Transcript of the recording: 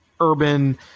urban